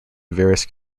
various